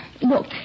Look